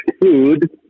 food